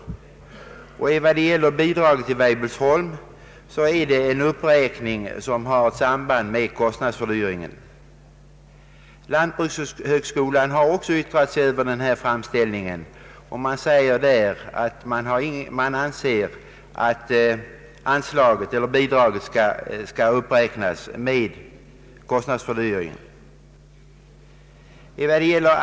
Den föreslagna uppräkningen av bidraget till Weibullsholm har samband med kostnadsökningen. Lantbrukshögskolan har yttrat sig över framställningen och sagt att bidraget bör uppräknas med ett belopp som motsvarar kostnadsökningen.